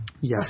Yes